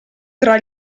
tra